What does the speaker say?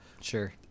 Sure